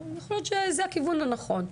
יכול להיות שזה הכיוון הנכון.